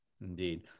Indeed